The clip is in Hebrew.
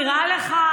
נראה לך?